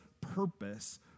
purpose